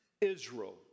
Israel